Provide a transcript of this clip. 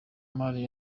mari